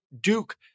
Duke